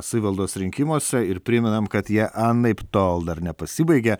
savivaldos rinkimuose ir primenam kad jie anaiptol dar nepasibaigė